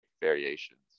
variations